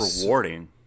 rewarding